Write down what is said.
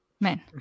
men